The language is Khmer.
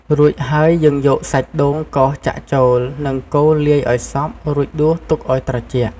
រួចហើយ យើងយកសាច់ដូងកោសចាក់ចូល និងកូរលាយឱ្យសព្វ រួចដួសទុកឱ្យត្រជាក់។